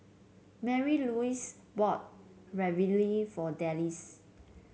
Marylouise bought Ravioli for Dallas